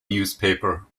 newspaper